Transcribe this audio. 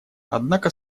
однако